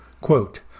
Quote